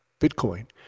Bitcoin